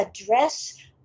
address